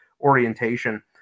orientation